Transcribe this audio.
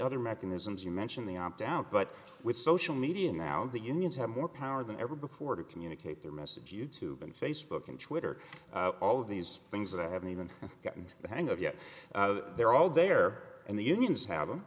other mechanisms you mention the opt out but with social media now the unions have more power than ever before to communicate their message you tube and facebook and twitter all these things that i haven't even gotten the hang of yet they're all there and the unions have them